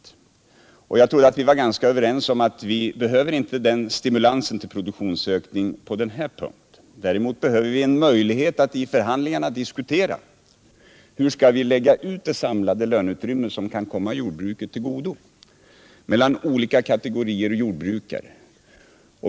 Jag trodde att vi var ganska överens om att vi inte behöver den stimulansen till produktionsökning i den här delen. Däremot behöver vi få möjlighet att i förhandlingar diskutera hur vi skall lägga ut det samlade löneutrymme, som kan komma jordbruket till godo, mellan olika kategorier av jordbrukare.